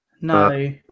No